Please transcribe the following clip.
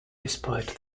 despite